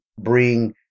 bring